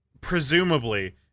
Presumably